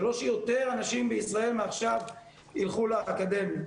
זה לא שיותר אנשים בישראל מעכשיו ילכו לאקדמיה.